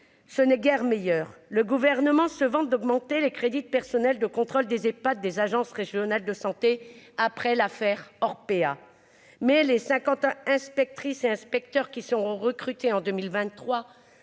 ce n'est guère meilleure : le gouvernement se vante d'augmenter les crédits de personnel de contrôle des pas des agences régionales de santé après l'affaire Orpea mais les cinquante inspectrices et inspecteurs qui seront recrutés en 2023